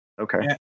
Okay